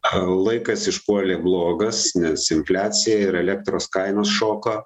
a laikas išpuolė blogas nes infliacija ir elektros kainos šoka